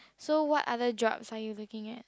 so what other jobs are you looking at